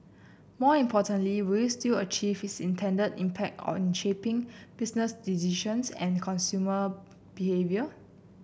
more importantly will it still achieve its intended impact on shaping business decisions and consumer behaviour